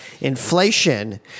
inflation